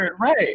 right